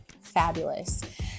fabulous